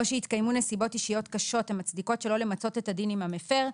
שהתקיימו נסיבות אישיות קשות המצדיקות שלא למצות את הדין עם המפר,